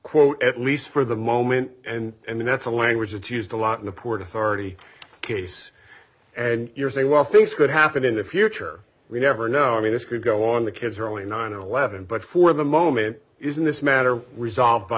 quote at least for the moment and that's a language that's used a lot in the port authority case and you're saying well things could happen in the future we never know i mean this could go on the kids are only nine eleven but for the moment isn't this matter resolved by